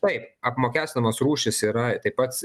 taip apmokestinamos rūšys yra taip pat